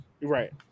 right